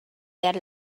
that